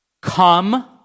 Come